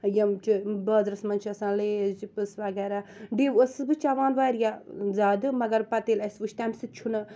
یِم چھِ بازرَس منٛز چھِ آسان لیز چِپٕس وغیرَہ ڈِیو ٲسس بہٕ چیٚوان واریاہ زیادٕ مگر پتہٕ ییٚلہِ اسہِ وُچھ تَمہِ سۭتۍ چھُنہٕ